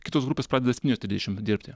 kitos grupės padeda septynios trisdešim dirbti